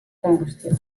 combustió